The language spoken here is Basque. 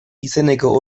izeneko